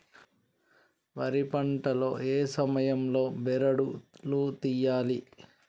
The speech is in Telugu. వరి పంట లో ఏ సమయం లో బెరడు లు తియ్యాలి?